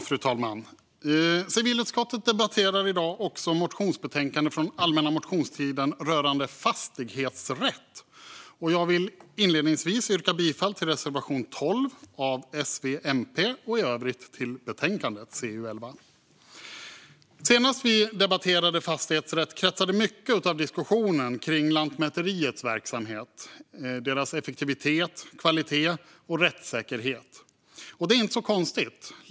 Fru talman! Civilutskottet debatterar i dag även ett motionsbetänkande från allmänna motionstiden rörande fastighetsrätt. Jag vill inledningsvis yrka bifall till reservation 12 av S, V och MP och i övrigt till förslaget i betänkandet CU11. Senast vi debatterade fastighetsrätt kretsade mycket av diskussionen kring Lantmäteriets verksamhet, effektivitet, kvalitet och rättssäkerhet. Det är inte så konstigt.